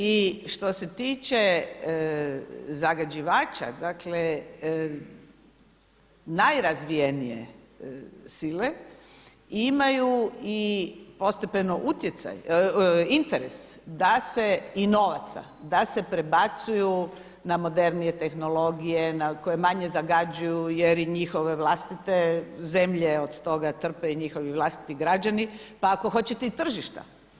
I što se tiče zagađivača najrazvijenije sile imaju i postepeno interes i novaca da se prebacuju na modernije tehnologije, koje manje zagađuju jer i njihove vlastite zemlje i od toga trpe i njihovi vlastiti građani pa ako hoćete i tržišta.